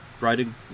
writing